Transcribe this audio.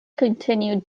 continued